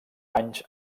banys